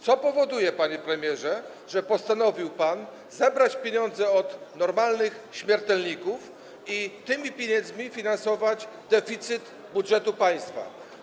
Co powoduje, panie premierze, że postanowił pan zebrać pieniądze od normalnych śmiertelników i tymi pieniędzmi finansować deficyt budżetu państwa?